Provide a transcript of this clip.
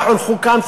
הלכו כאן.